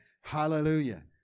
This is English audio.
Hallelujah